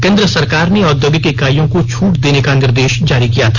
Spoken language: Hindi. केन्द्र सरकार ने औद्योगिक इकाइयों को छूट देने का निर्देश जारी किया था